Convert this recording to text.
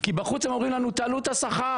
כי בחוץ הם אומרים לנו: תעלו את השכר,